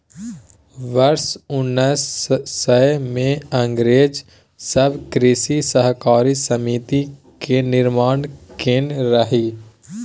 वर्ष उन्नैस सय मे अंग्रेज सब कृषि सहकारी समिति के निर्माण केने रहइ